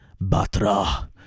Batra